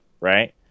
right